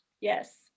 yes